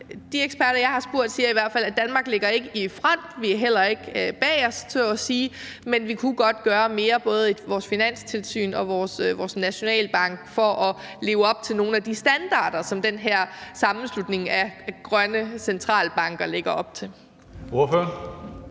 De eksperter, jeg har spurgt, siger i hvert fald, at Danmark ikke ligger i front. Vi er heller ikke bagest så at sige, men vi kunne godt gøre mere i både vores Finanstilsyn og vores Nationalbank for at leve op til nogle af de standarder, som den her sammenslutning af grønne centralbanker lægger op til. Kl.